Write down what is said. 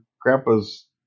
grandpa's